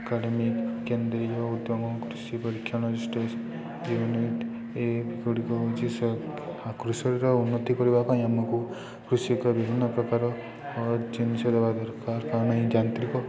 academy କେନ୍ଦ୍ରୀୟ ଉଦ୍ୟମ କୃଷି ପରୀକ୍ଷଣ ଟେଷ୍ଟ୍ ୟୁନିଟ୍ ଏ ଗୁଡ଼ିକ ହେଉଛି କୃଷିର ଉନ୍ନତି କରିବା ପାଇଁ ଆମକୁ କୃଷିକ ବିଭିନ୍ନପ୍ରକାର ଜିନିଷ ଦେବା ଦରକାର କାରଣ ଏହି ଯାନ୍ତ୍ରିକ